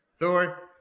thor